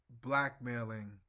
blackmailing